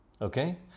okay